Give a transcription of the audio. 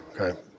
okay